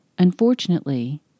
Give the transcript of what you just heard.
Unfortunately